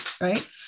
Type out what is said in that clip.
right